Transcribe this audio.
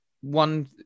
one